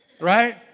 right